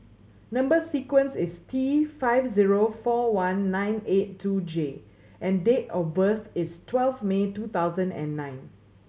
number sequence is T five zero four one nine eight two J and date of birth is twelve May two thousand and nine